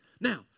Now